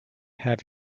have